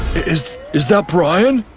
is is that brian?